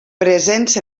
presents